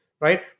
right